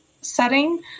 setting